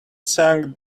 sank